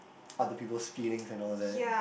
other people's feelings and all that